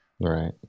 Right